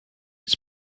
its